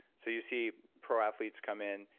so you see pro athletes come in,